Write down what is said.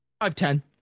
Five-ten